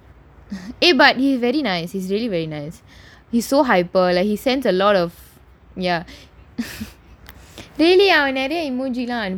eh but he very nice it's really very nice he so hyper like he sent a lot of ya really அவன் நெறைய:avan neraiya emoji lah அனுப்புவான்:anuppuvaan